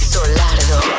Solardo